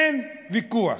אין ויכוח.